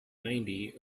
ninety